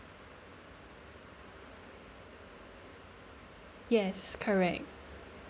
yes correct